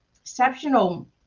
exceptional